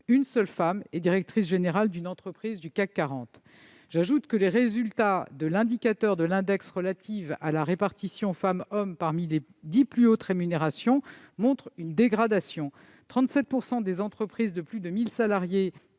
Une seule femme est directrice générale d'une entreprise du CAC 40. J'ajoute que les résultats de l'indicateur de l'index relatif à la parité parmi les dix plus hautes rémunérations témoignent d'une dégradation : 37 % des entreprises de plus de 1 000 salariés